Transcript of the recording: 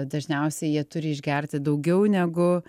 dažniausiai jie turi išgerti daugiau negu